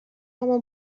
اما